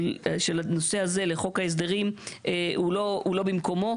הנושא הזה לחוק ההסדרים הוא לא במקומו.